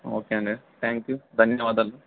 okay అండి thank you ధన్యవాదాలు